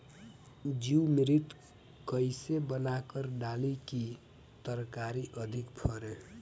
जीवमृत कईसे बनाकर डाली की तरकरी अधिक फरे?